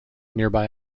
nearby